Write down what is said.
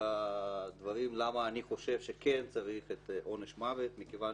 והדברים למה אני חושב שכן צריך עונש מוות מכיוון